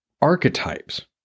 archetypes